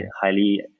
highly